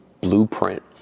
blueprint